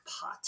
pot